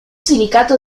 silicato